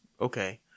okay